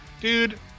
Dude